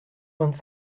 vingt